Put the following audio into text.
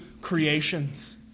creations